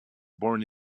born